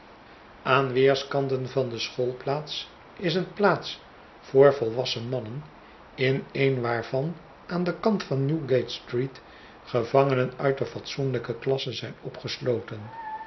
aan weerskanten van de schoolplaats is een plaats voor volwassen mannen in een waarvan aan den kantvan newgate-street gevangenen uit de fatsoenlijke klassen zijn opgesloten